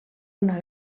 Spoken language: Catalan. una